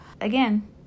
Again